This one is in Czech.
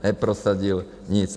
Neprosadil nic.